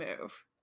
move